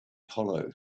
hollow